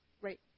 Right